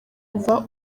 kuva